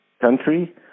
Country